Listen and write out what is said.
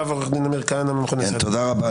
תודה רבה.